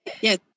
Yes